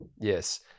yes